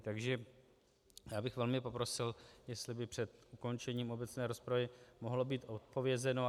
Takže já bych velmi poprosil, jestli by před ukončením obecné rozpravy mohlo být odpovězeno.